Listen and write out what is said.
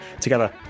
together